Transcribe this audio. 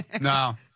no